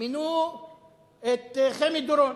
מינו את חמי דורון.